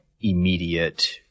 immediate